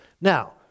Now